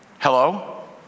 Hello